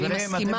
אני מסכימה.